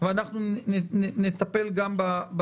ואנחנו נטפל גם בחוק הזה.